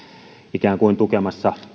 ikään kuin tukemassa